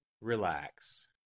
Relax